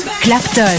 Clapton